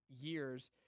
years